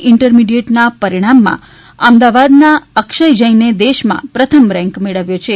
ઇન્ટરમીડીએટના પરીણામમાં અમદાવાદના અક્ષય જૈને દેશમાં પ્રથમ રેન્ક મેળવ્યો છે